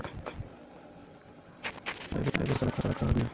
कोई भी कम्पनीक पूंजीर हिसाब स अपनार क्षेत्राधिकार ह छेक